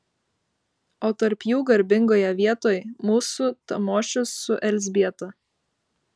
o tarp jų garbingoje vietoj mūsų tamošius su elzbieta